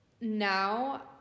now